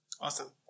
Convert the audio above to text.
Awesome